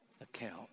account